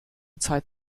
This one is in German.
zeit